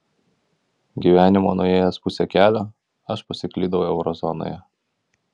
gyvenimo nuėjęs pusę kelio aš pasiklydau eurozonoje